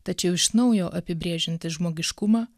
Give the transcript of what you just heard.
tačiau iš naujo apibrėžiantis žmogiškumą